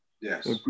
Yes